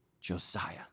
Josiah